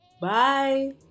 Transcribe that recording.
Bye